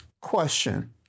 Question